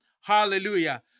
Hallelujah